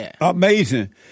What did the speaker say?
Amazing